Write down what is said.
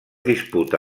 disputa